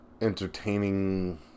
entertaining